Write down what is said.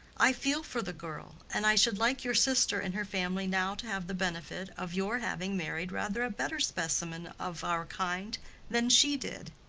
i feel for the girl, and i should like your sister and her family now to have the benefit of your having married rather a better specimen of our kind than she did.